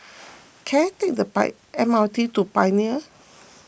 can I take the M R T to Pioneer